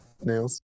Nails